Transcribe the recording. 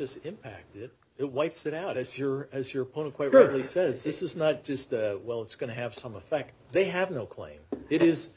is impacted it whites it out as your as your point quite rudely says this is not just well it's going to have some effect they have no claim it is